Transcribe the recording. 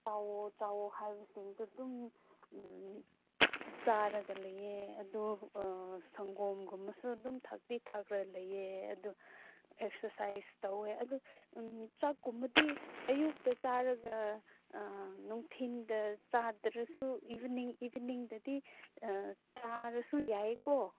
ꯆꯥꯎꯋꯣ ꯆꯥꯎꯋꯣ ꯍꯥꯏꯕꯁꯤꯡꯗꯣ ꯑꯗꯨꯝ ꯆꯥꯔꯒ ꯂꯩꯌꯦ ꯑꯗꯣ ꯁꯪꯒꯣꯝꯒꯨꯝꯕꯁꯨ ꯑꯗꯨꯝ ꯊꯛꯇꯤ ꯊꯛꯂꯒ ꯂꯩꯌꯦ ꯑꯗꯨ ꯑꯦꯛꯁꯔꯁꯥꯏꯁ ꯇꯧꯋꯦ ꯑꯗꯨ ꯆꯥꯛꯀꯨꯝꯕꯗꯤ ꯑꯌꯨꯛꯇ ꯆꯥꯔꯒ ꯅꯨꯡꯊꯤꯜꯗ ꯆꯥꯗ꯭ꯔꯁꯨ ꯏꯚꯤꯅꯤꯡꯗꯗꯤ ꯆꯥꯔꯁꯨ ꯌꯥꯏꯀꯣ